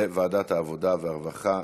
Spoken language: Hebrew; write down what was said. לוועדת העבודה והרווחה.